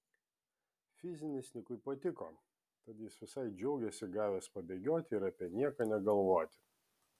fizinis nikui patiko tad jis visai džiaugėsi gavęs pabėgioti ir apie nieką negalvoti